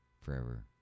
forever